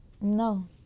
No